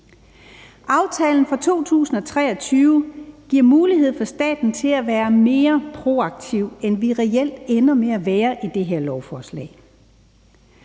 Aftalen fra 2023 giver mulighed for staten til at være mere proaktiv, end vi reelt ender med at være i det her lovforslag.